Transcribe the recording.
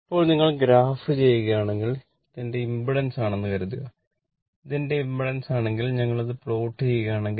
ഇപ്പോൾ നിങ്ങൾ ഗ്രാഫ് ചെയ്യുകയാണെങ്കിൽ ഇത് എന്റെ ഇംപഡൻസ് ആണെന്ന് കരുതുക ഇത് എന്റെ ഇംപഡൻസണെങ്കിൽ ഞങ്ങൾ അത് പ്ലോട്ട് ചെയ്യുകയെങ്കിൽ